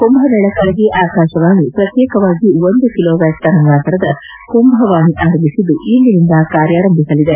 ಕುಂಭಮೇಳಕ್ಕಾಗಿ ಆಕಾಶವಾಣಿ ಪ್ರತ್ಯೇಕವಾಗಿ ಒಂದು ಕಿಲೋವ್ಚಾಟ್ ತರಂಗಾಂತರದ ಕುಂಭವಾಣಿ ಆರಂಭಿಸಿದ್ದು ಇಂದಿನಿಂದ ಕಾರ್ಲಾರಂಭಿಸಲಿದೆ